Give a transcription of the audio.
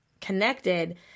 connected